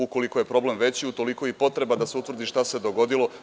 Ukoliko je problem veći, utoliko i potreba da se utvrdi šta se dogodilo.